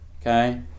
Okay